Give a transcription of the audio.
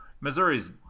Missouri's